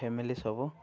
family ସବୁ